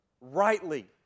Rightly